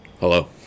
Hello